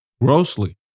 grossly